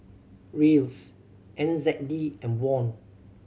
Riels N Z D and Won